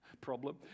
problem